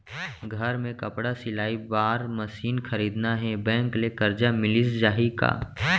घर मे कपड़ा सिलाई बार मशीन खरीदना हे बैंक ले करजा मिलिस जाही का?